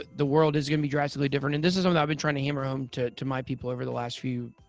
the world is gonna be drastically different. and this is um something i've been trying to hammer home to to my people over the last few,